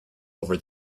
over